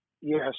Yes